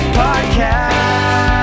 podcast